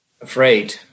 afraid